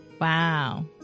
Wow